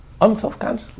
unselfconsciously